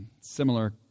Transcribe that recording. similar